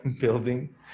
building